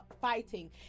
fighting